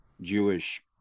Jewish